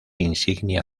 insignia